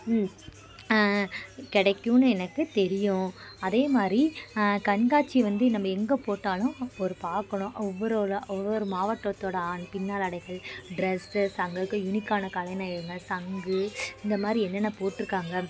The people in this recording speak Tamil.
கிடைக்குன்னு எனக்கு தெரியும் அதேமாதிரி கண்காட்சி வந்து நம்ம எங்கே போட்டாலும் ஒரு பார்க்கணும் ஒவ்வொரோட ஒவ்வொரு மாவட்டத்தோடய ஆன் பின்னல் ஆடைகள் ட்ரெஸ்ஸஸ் அங்கிருக்குற யுனிக்கான கலை நயங்கள் சங்கு இந்தமாதிரி என்னென்ன போட்ருக்காங்கள்